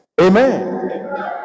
Amen